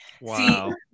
Wow